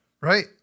Right